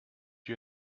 you